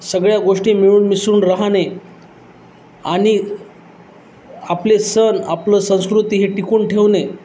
सगळ्या गोष्टी मिळून मिसळून राहणे आणि आपले सण आपलं संस्कृती हे टिकून ठेवणे